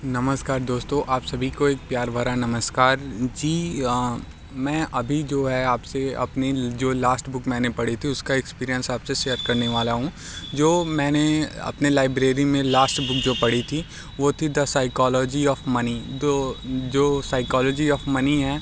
नमस्कार दोस्तों आप सभी को एक प्यार भरा नमस्कार जी मैं अभी जो है आप से अपनी जो लास्ट बुक मैंने पढ़ी थी उसका एक्सपीरियंस आप से सेयर करने वाला हूँ जो मैंने अपनी लाइब्रेरी में लास्ट बुक जो पढ़ी थी वो थी द साईकोलॉजी ऑफ मनी जो जो साईकोलॉजी ऑफ मनी है